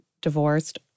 divorced